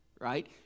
right